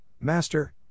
Master